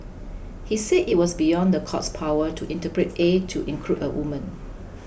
he said it was beyond the court's power to interpret A to include a woman